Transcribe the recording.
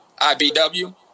IBW